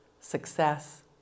success